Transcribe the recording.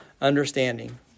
understanding